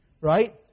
right